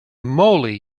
moly